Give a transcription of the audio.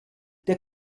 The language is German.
der